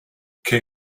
can